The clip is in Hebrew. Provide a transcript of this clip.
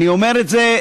אני אומר את זה.